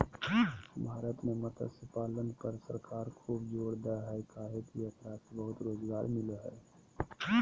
भारत में मत्स्य पालन पर सरकार खूब जोर दे हई काहे कि एकरा से बहुत रोज़गार मिलो हई